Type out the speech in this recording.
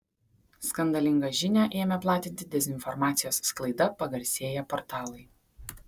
skandalingą žinią ėmė platinti dezinformacijos sklaida pagarsėję portalai